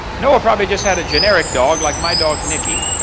noah probably just had a generic dog like my dog nikki.